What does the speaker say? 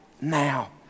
now